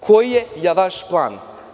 Koji je vaš plan?